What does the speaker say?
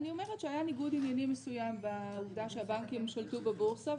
אני אומרת שהיה ניגוד עניינים מסוים בעובדה שהבנקים שלטו בבורסה,